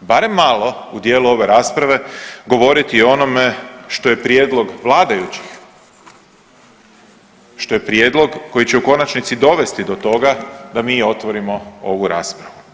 barem malo u dijelu ove rasprave govoriti i o onome što je prijedlog vladajućih, što je prijedlog koji će u konačnici dovesti do toga da mi otvorimo ovu raspravu.